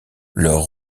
leur